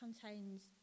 contains